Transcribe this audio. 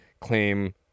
claim